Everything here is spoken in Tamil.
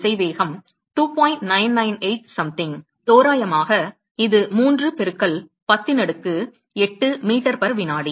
998 சம்திங் தோராயமாக இது 3 பெருக்கல் 10 இன் அடுக்கு 8 மீட்டர் வினாடி